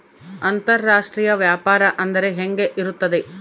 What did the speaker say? ಅಂತರಾಷ್ಟ್ರೇಯ ವ್ಯಾಪಾರ ಅಂದರೆ ಹೆಂಗೆ ಇರುತ್ತದೆ?